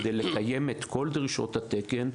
כדי לקיים את כל דרישות התקן,